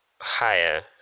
higher